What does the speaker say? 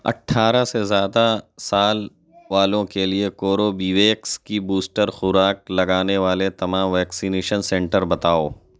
اٹھارہ سے زیادہ سال والوں کے لیے کوربیویکس کی بوسٹر خوراک لگانے والے تمام ویکسینیشن سنٹر بتاؤ